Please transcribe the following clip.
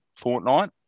fortnight